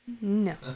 No